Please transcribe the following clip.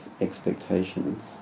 expectations